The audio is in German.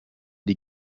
die